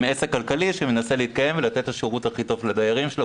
הם עסק כלכלי שמנסה להתקיים ולתת את השירות הכי טוב לדיירים שלו,